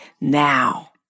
now